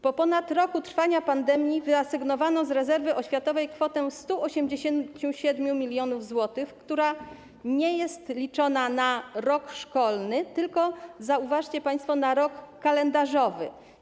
Po ponad roku trwania pandemii wyasygnowano z rezerwy oświatowej kwotę 187 mln zł, która nie jest liczona na rok szkolny, tylko, zauważcie państwo, na rok kalendarzowy.